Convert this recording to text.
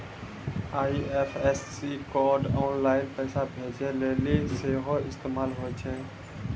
IFSC code online पैसा भेजै लेली सेहो इस्तेमाल होय छै